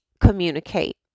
communicate